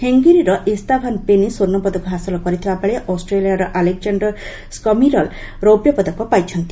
ହଙ୍ଗେରିର Istvan Peni ସ୍ୱର୍ଷପଦକ ହାସଲ କରିଥିବାବେଳେ ଅଷ୍ଟ୍ରେଲିଆର ଆଲେକ୍ଜାଣ୍ଡାର ସ୍କମିର୍ଲ ରେରିପ୍ୟପଦକ ପାଇଛନ୍ତି